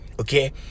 okay